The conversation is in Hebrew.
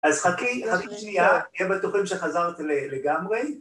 ‫אז חכי שנייה, ‫אני אהיה בטוחים שחזרת לגמרי.